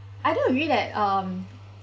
I do agree that um